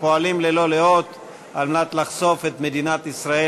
שפועלים ללא לאות לחשוף את מדינת ישראל